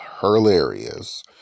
hilarious